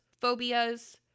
phobias